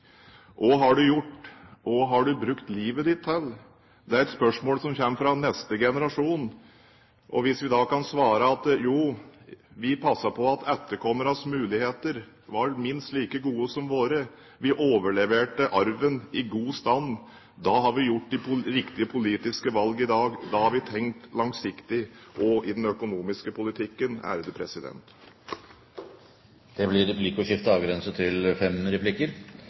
Hva har du gjort, hva har brukt livet ditt til? Det er et spørsmål som kommer fra neste generasjon. Hvis vi da kan svare at vi passet på at etterkommernes muligheter var minst like gode som våre, og vi overleverte arven i god stand, har vi gjort de riktige politiske valg i dag. Da har vi tenkt langsiktig også i den økonomiske politikken. Det blir replikkordskifte. Det var mye i statsrådens innlegg som mange kan slutte seg til.